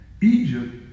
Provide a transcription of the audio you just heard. Egypt